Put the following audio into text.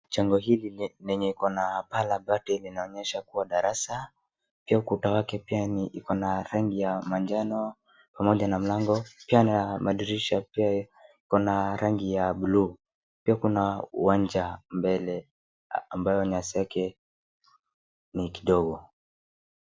Jengo hili yenye iko na paa la bati linaonyesha kuwa darasa, pia kutoka pembeni iko na rangi ya manjano pamoja na mlango, pia madirisha pia iko na rangi ya blue , pia kuna uwanja mbele ambayo nyasi yake ni kidogo.